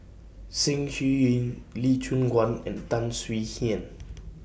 Ceng Shouyin Lee Choon Guan and Tan Swie Hian